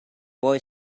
boy